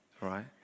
right